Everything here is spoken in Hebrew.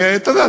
ואתה יודע,